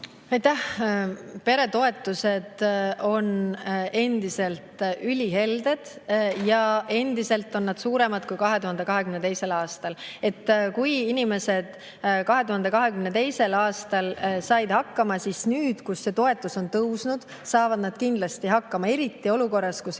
Aitäh! Peretoetused on endiselt ülihelded ja need on suuremad kui 2022. aastal. Kui inimesed said 2022. aastal hakkama, siis nüüd, kui see toetus on tõusnud, saavad nad kindlasti hakkama, eriti olukorras, kus inflatsioon